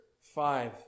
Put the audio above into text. five